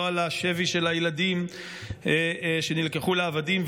לא על השבי של הילדים שנלקחו לעבדים,